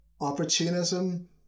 Opportunism